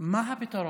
מה הפתרון.